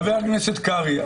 חבר הכנסת קרעי,